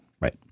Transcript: right